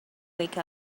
wake